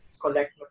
Collect